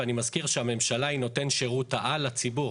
ואני מזכיר שהממשלה היא נותן שירות העל לציבור.